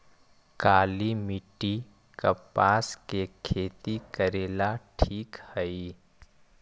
काली मिट्टी, कपास के खेती करेला ठिक हइ?